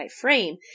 frame